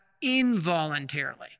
Involuntarily